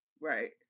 Right